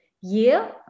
year